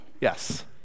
yes